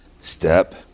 step